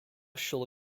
shall